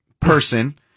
person